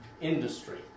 industry